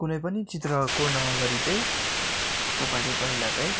कुनै पनि चित्र कोर्नु अगाडि चाहिँ तपाईँले पहिला चाहिँ